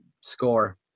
score